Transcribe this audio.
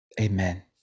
Amen